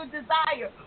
desire